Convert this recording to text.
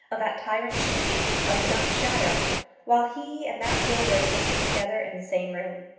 of that tyrant cheekey, of his own shadow while he and that will were existing together in the same room.